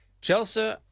Chelsea